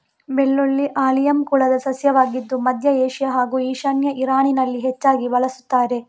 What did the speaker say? ಬೆಳ್ಳುಳ್ಳಿ ಆಲಿಯಮ್ ಕುಲದ ಸಸ್ಯವಾಗಿದ್ದು ಮಧ್ಯ ಏಷ್ಯಾ ಹಾಗೂ ಈಶಾನ್ಯ ಇರಾನಲ್ಲಿ ಹೆಚ್ಚಾಗಿ ಬಳಸುತ್ತಾರೆ